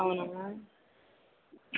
అవునా మ్యామ్